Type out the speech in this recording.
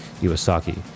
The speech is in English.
Iwasaki